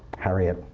harriet,